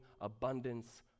abundance